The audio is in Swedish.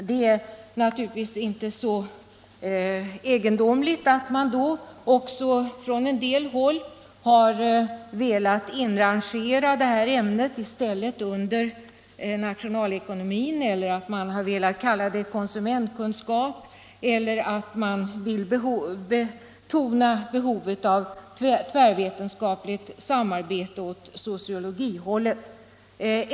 Det är naturligtvis inte så egendomligt att man från en del håll velat inrangera ämnet konsumentekonomi under nationalekonomin eller att man har velat kalla det konsumentkunskap eller att man vill betona behovet av tvärvetenskapligt samarbete åt det sociologiska hållet.